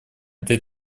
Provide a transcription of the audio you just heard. этой